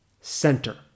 center